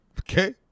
Okay